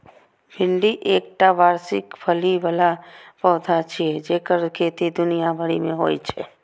भिंडी एकटा वार्षिक फली बला पौधा छियै जेकर खेती दुनिया भरि मे होइ छै